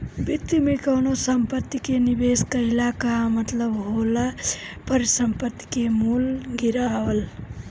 वित्त में कवनो संपत्ति में निवेश कईला कअ मतलब होला परिसंपत्ति के मूल्य गिरावल